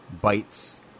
bites